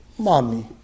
Mommy